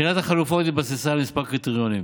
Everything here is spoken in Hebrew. בחינת החלופות התבססה על כמה קריטריונים: